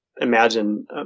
imagine